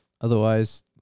Otherwise